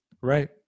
Right